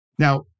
Now